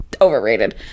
overrated